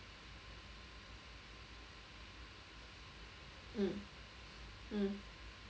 mm mm